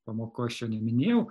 pamokoj aš čia neminėjau